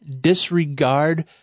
disregard